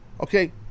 okay